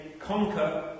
conquer